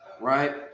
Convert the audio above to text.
right